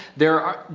there are,